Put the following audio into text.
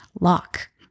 lock